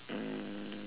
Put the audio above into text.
um